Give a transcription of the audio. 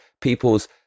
people's